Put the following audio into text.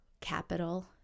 capital